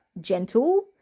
gentle